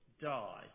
die